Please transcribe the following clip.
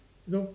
no